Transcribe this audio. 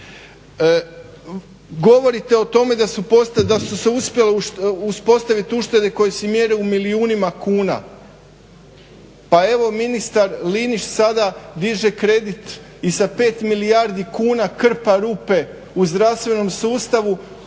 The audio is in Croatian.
Govorite o tome da su se uspjele uspostaviti uštede koje se mjere u milijunima kuna. Pa evo ministar Linić sada diže kredit i sa 5 milijardi kuna krpa rupe u zdravstvenom sustavu,